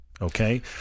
Okay